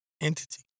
entity